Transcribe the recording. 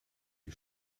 die